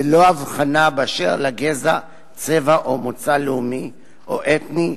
בלא הבחנה באשר לגזע, צבע או מוצא לאומי או אתני,